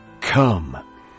Come